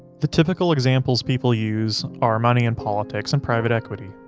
the typical examples people use are money in politics and private equity.